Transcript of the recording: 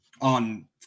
on